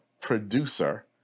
producer